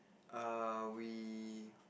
err we